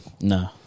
No